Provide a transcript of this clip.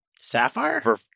sapphire